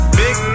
big